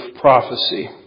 prophecy